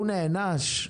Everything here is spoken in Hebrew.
הוא נענש?